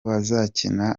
bazakina